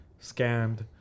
scammed